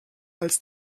als